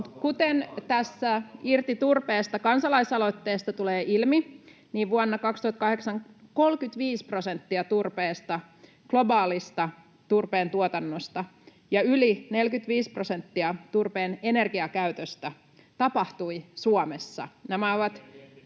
Kuten tästä Irti turpeesta ‑kansalaisaloitteesta tulee ilmi, vuonna 2008 Suomessa tapahtui 35 prosenttia globaalista turpeen tuotannosta ja yli 45 prosenttia turpeen energiakäytöstä. [Mikko Savolan välihuuto